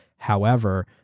however,